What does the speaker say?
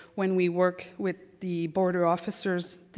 when we work with the border officers,